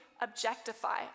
objectify